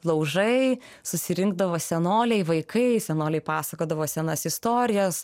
laužai susirinkdavo senoliai vaikai senoliai pasakodavo senas istorijas